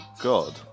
God